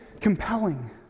compelling